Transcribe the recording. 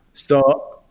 so,